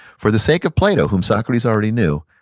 for the sake of plato, whom socrates already knew,